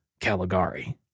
Caligari